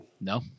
No